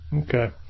Okay